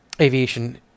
Aviation